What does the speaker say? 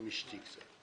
עם אישתי.